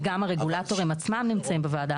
וגם הרגולטורים עצמם בוועדה